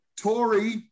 Tory